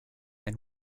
and